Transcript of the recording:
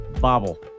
Bobble